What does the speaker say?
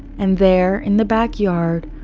and there in the backyard,